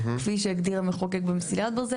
כפי שהגדיר המחוקק במסילת ברזל.